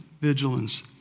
vigilance